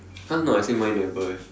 !huh! no I say mine never eh